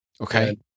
Okay